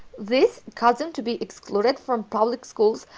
this caused them to be excluded from public schools,